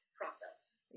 process